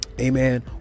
amen